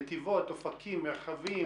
נתיבות, אופקים, מרחבים.